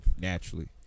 Naturally